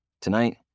Tonight